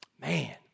Man